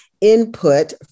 input